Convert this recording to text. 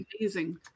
amazing